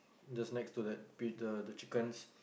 just next to that pi~ the the chickens